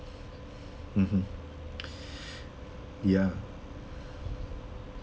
mmhmm ya